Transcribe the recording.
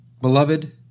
Beloved